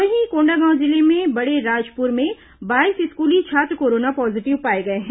वहीं कोंडागांव जिले के बड़ेराजपुर में बाईस स्कूली छात्र कोरोना पॉजीटिव पाए गए हैं